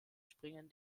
springen